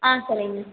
ஆ சரிங்க